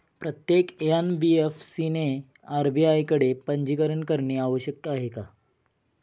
प्रत्येक एन.बी.एफ.सी ने आर.बी.आय कडे पंजीकरण करणे आवश्यक आहे का?